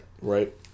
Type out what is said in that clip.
Right